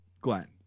Glenn